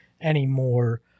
anymore